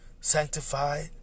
Sanctified